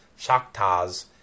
Shaktas